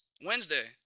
Wednesday